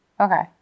Okay